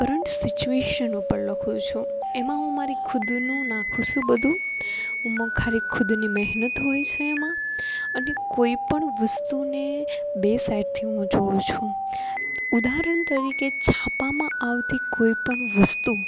current situation ઉપર લખુ છું એમાં હું મારી ખુદનું નાખું છું બધું ઓમાં ખાલી ખુદની મહેનત હોય છે એમાં અને કોઈ પણ વસ્તુને બે સાઈડથી હું જોઉં છું ઉદાહરણ તરીકે છાપામાં આવતી કોઈપણ વસ્તુ